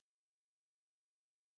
האם התכוונתם ל...